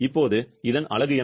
இப்போது இதன் அலகு என்ன